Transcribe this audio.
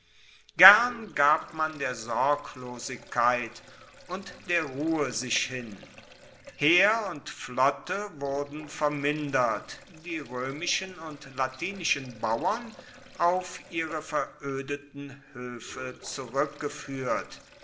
gern gab man der sorglosigkeit und der ruhe sich hin heer und flotte wurden vermindert die roemischen und latinischen bauern auf ihre veroedeten hoefe